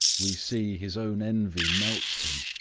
we see his own envy melts him,